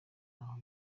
ntaho